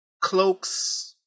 cloaks